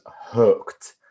hooked